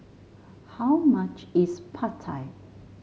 how much is Pad Thai